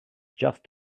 just